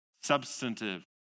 substantive